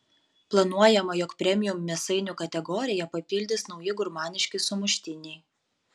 planuojama jog premium mėsainių kategoriją papildys nauji gurmaniški sumuštiniai